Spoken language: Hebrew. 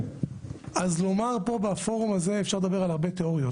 אז אפשר לדבר פה על הרבה תאוריות,